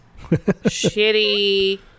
Shitty